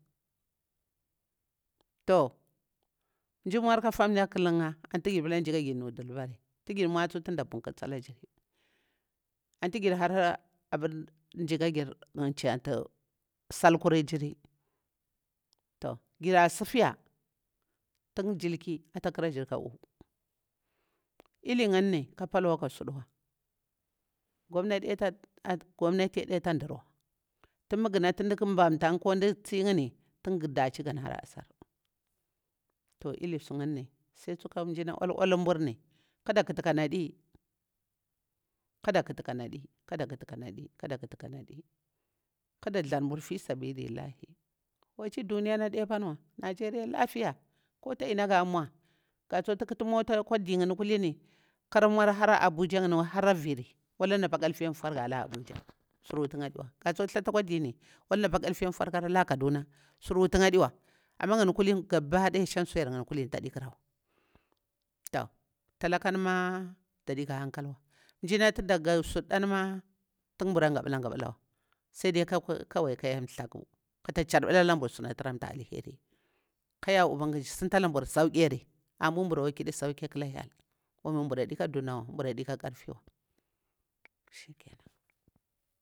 Toh nji nmur kah famya ƙalir nlcha, ati girpala nji kajir nu dibada ti girnmwa tsu tin da leunƙursi alagiri. Anti gir hara aban nzi kajir nchiti salkurijiri. toh jira sifiya tin jilki ata ƙarajiri kahu. Eli ngani ka palwa ka suɗuwa, gouah gonati adita ndir wa, tin gunati ndi bantakah ko nɗi singani tin daci gana hara asar. Toh ilisuni, sai tsuka njir nburu na uwalwalni kade ƙuti kanadi, kada ƙuti kanadi kaɗa ƙuti kauali, kada ƙati kanali kada thar nburu fisabidi allahi wachi duyani adiyan wa nigeria lafiya kuta inaga gah nmwah. Ga tsuti kati motah akwa di ngani kullin kara nmur har abuja ngaw hara viri walah napal kalti nfur gah lah abuja surwutincha adiwa. Ga tsuti thlatah kwa dini wala napal kalfi nfur kara lah kaduna sur wutikha aɗiwa. Amah ngani gabadaya shin suyar agani kulini tadi ƙurawa. Toh talakan mah dadi kah aɦankal wa, najina ti ɗaga surɗan mah, tin bura ngabla ngabla wa sai ɗai ɗai kwai kah hyel nthlakur katah khirɓu lah suna tiranta alheri. Kah ya ubangiji sintala nburu sauki yari aburu nbura kwa kidi sauki kala hyel wanni nburu dika dunawa karfiwa shikenan.